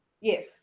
Yes